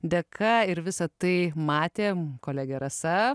dėka ir visa tai matėm kolegė rasa